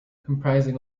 comprising